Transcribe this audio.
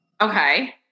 Okay